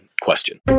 question